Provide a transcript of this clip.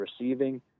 receiving